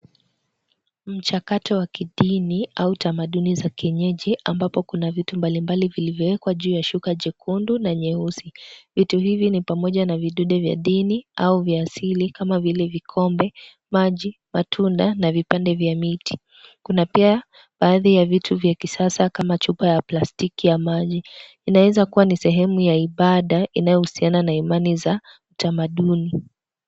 Mchakato wa kidini au utamaduni za kienyeji ambapo kuna vitu mbalimbali zilizowekwa juu ya shuka jekundu na nyeusi. Viti hivi ni pamoja na vidudu vya dini au vya asili kama vile vikombe, maji, matunda na vipande vya miti. Kuna pia baadhi ya vitu vya kisasa kama chupa ya plastiki ya maji inaezakuwa ni sehemu ya ibada inayohusiana na Imani za utamaduni.